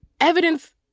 Evidence